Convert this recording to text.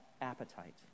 appetite